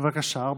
לרשותך.